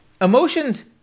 emotions